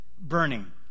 burning